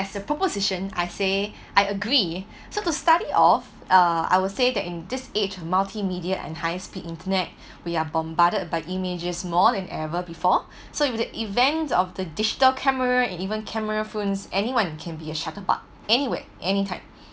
as a proposition I say I agree so to study of uh I would say that in this age multimedia and high speed internet we are bombarded by images more than ever before so if the events of the digital camera even camera phones anyone can be a shutter bug anywhere anytime